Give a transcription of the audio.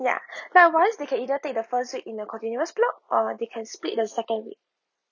ya likewise they can either take the first week in a continuous block or they can split in the second week